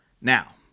Now